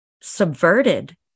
subverted